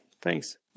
Thanks